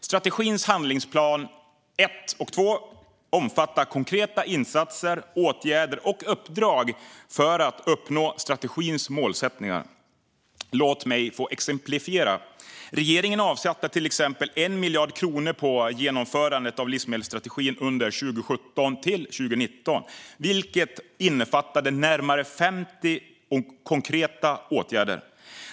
Strategins handlingsplaner 1 och 2 omfattar konkreta insatser samt åtgärder och uppdrag för att uppnå strategins målsättningar. Låt mig få exemplifiera. Regeringen avsatte till exempel 1 miljard kronor för genomförandet av livsmedelsstrategin under 2017-2019, vilket innefattade närmare 50 konkreta åtgärder.